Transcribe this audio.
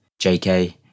JK